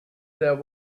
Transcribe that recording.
there